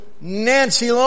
Nancy